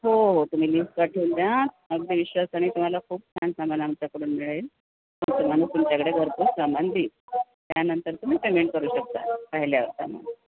हो हो तुम्ही लिस्ट पाठवून द्या अगदी विश्वासाने तुम्हाला खूप छान सामान आमच्याकडून मिळेल मग तुम्हाला तुमच्याकडे घरपोच सामान देईल त्यानंतर तुम्ही पेमेंट करू शकता पाहिल्यावर सामान